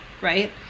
right